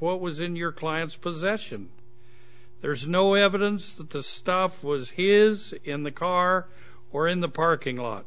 what was in your client's possession there is no evidence that the stuff was here is in the car or in the parking lot